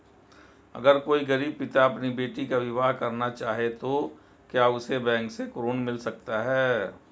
अगर कोई गरीब पिता अपनी बेटी का विवाह करना चाहे तो क्या उसे बैंक से ऋण मिल सकता है?